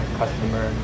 customer